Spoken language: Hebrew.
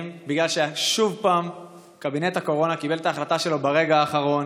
בגלל ששוב קבינט הקורונה קיבל את ההחלטה שלו ברגע האחרון.